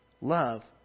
love